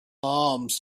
arms